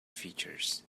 features